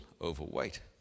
overweight